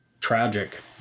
tragic